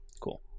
Cool